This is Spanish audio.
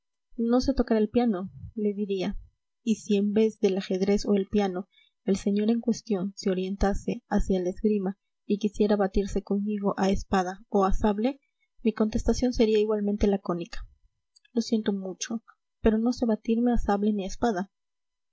no sé tocar el piano le diría y si en vez del ajedrez o el piano el señor en cuestión se orientase hacia la esgrima y quisiera batirse conmigo a espada o a sable mi contestación sería igualmente lacónica lo siento mucho pero no sé batirme a sable ni a espada